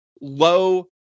low